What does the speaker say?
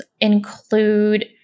include